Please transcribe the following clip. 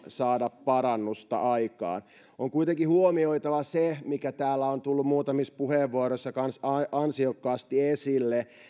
saada parannusta aikaan on kuitenkin huomioitava se mikä täällä on tullut muutamissa puheenvuoroissa kanssa ansiokkaasti esille